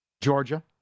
Georgia